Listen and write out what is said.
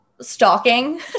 stalking